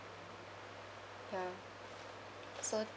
ya so